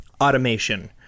automation